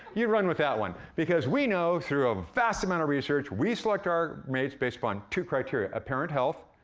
you'd run with that one, because we know through a vast amount of research, we select our mates based upon two criteria apparent health,